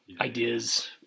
ideas